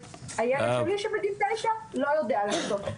והילד השני שבגיל 9 לא יודע לחצות.